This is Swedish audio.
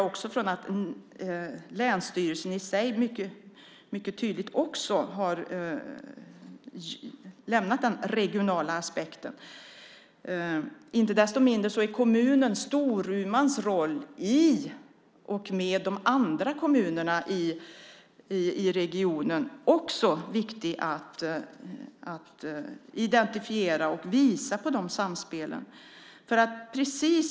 Där utgår jag från att länsstyrelsen mycket tydligt har lämnat den regionala aspekten. Inte desto mindre är kommunen Storumans roll i regionen också viktig att identifiera och visa på samspelen med de andra kommunerna.